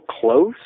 close